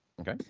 Okay